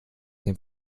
dem